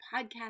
podcast